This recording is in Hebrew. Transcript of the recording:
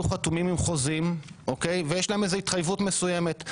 חתומים עם חוזים ויש להם התחייבות מסוימת,